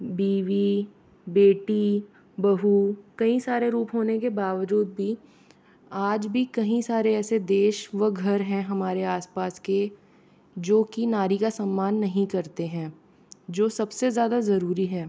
बीवी बेटी बहु कई सारे रूप होने के बावजूद भी आज भी कहीं सारे ऐसे देश व घर हैं हमारे आस पास के जो कि नारी का सम्मान नहीं करते हैं जो सब से ज़्यादा ज़रूरी है